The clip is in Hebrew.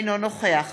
אינו נוכח